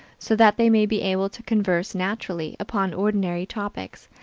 so that they may be able to converse naturally upon ordinary topics,